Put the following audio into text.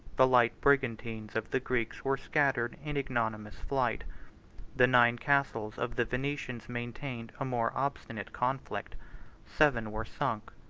the light brigantines of the greeks were scattered in ignominious flight the nine castles of the venetians maintained a more obstinate conflict seven were sunk,